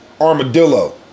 armadillo